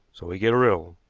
so we get a riddle,